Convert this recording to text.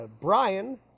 Brian